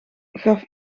gaf